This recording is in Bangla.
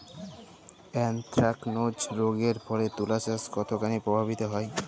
এ্যানথ্রাকনোজ রোগ এর ফলে তুলাচাষ কতখানি প্রভাবিত হয়?